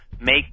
make